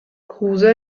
kruse